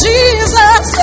Jesus